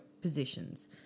positions